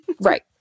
Right